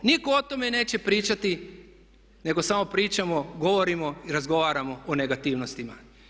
Nitko o tome neće pričati nego samo pričamo, govorimo i razgovaramo o negativnostima.